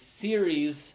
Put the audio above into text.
series